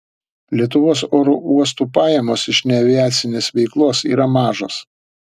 lietuvos oro uostų pajamos iš neaviacinės veiklos yra mažos